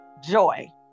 joy